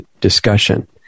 discussion